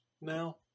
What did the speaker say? now